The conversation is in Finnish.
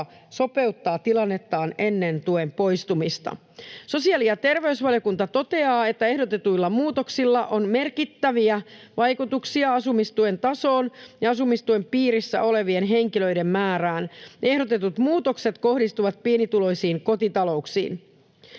sopeuttaa tilannettaan ennen tuen poistumista. Sosiaali- ja terveysvaliokunta toteaa, että ehdotetuilla muutoksilla on merkittäviä vaikutuksia asumistuen tasoon ja asumistuen piirissä olevien henkilöiden määrään. Ehdotetut muutokset kohdistuvat pienituloisiin kotitalouksiin.